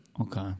Okay